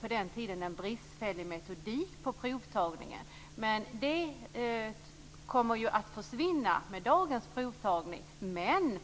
På den tiden var metodiken för provtagningen bristfällig. Det problemet kommer ju att försvinna med dagens provtagning.